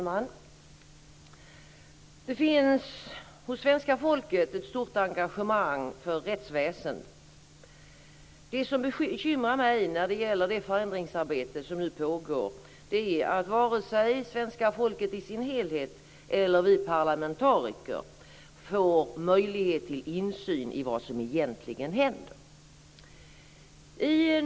Fru talman! Det finns ett stort engagemang för rättsväsendet hos svenska folket. Det som bekymrar mig när det gäller det förändringsarbete som nu pågår är att vare sig svenska folket som helhet eller vi parlamentariker får möjlighet till insyn i vad som egentligen händer.